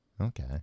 Okay